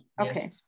okay